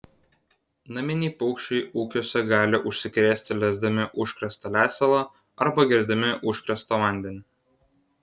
naminiai paukščiai ūkiuose gali užsikrėsti lesdami užkrėstą lesalą arba gerdami užkrėstą vandenį